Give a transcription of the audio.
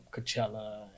Coachella